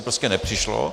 Prostě nepřišlo.